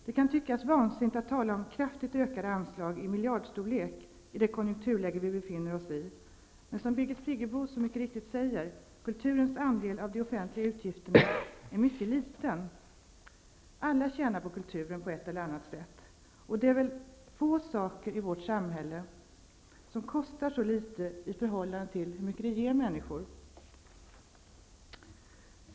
Det kan tyckas vansinnigt att tala om kraftigt ökade anslag -- i miljardstorlek -- i det konjunkturläge som vi befinner oss i, men som Birgit Friggebo mycket riktigt säger är kulturens andel av de offentliga utgifterna mycket liten. Alla tjänar på kulturen på ett eller annat sätt. Och det är väl få saker i vårt samhälle som kostar så litet i förhållande till hur mycket det ger människor!